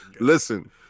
listen